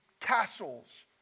castles